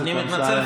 אני מתנצל,